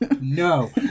No